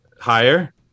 higher